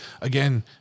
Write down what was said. Again